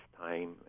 time—